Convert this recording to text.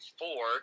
four